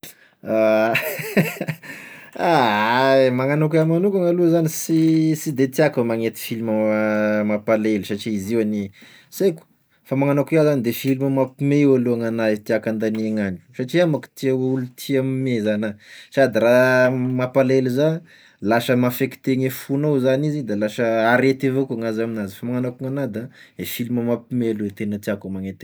Magnano akoa amign'anaovako aloha zany, sy- sy de tiàko e magnenty filma mampalahelo, satria izy io anie s'aiko, fa magnano akoa iah zany de filma mampiome io aloha gn'agnahy e tiàko andagniagn'andro satria iah manko tia olo- tia miome zagn'ah sady raha mampalahelo za, lasa mi-affecte gne fognao zany izy da arety avao koa gn'azo amin'azy fa magnano akoa gn'agnahy da e filma mampiome aloha e tena tiako e magnenty an'azy ka.